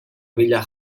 villa